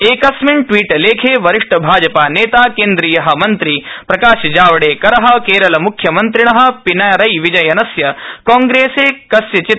एकस्मिन् ट्वीट लेखे वरिष्ठभापजपानेता केन्द्रीय मन्त्री च प्रकाश जावडेकर केरलमुख्यमन्त्रिण पिनारैविजयनस्य कांग्रेसे कस्यचित्